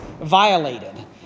violated